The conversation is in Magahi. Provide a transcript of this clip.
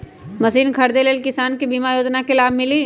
मशीन खरीदे ले किसान के बीमा योजना के लाभ मिली?